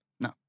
No